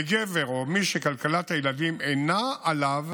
וגבר או מי שכלכלת הילדים אינה עליו